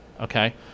Okay